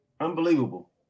Unbelievable